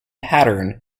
pattern